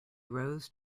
rose